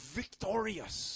victorious